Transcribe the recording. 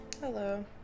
Hello